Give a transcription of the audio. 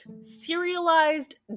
serialized